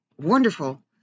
wonderful